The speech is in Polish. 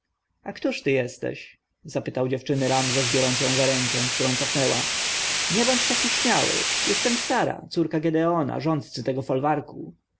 a któż ty jesteś zapytał dziewczyny ramzes biorąc ją za rękę którą cofnęła nie bądź taki śmiały jestem sara córka gedeona rządcy tego folwarku